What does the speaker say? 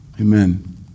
Amen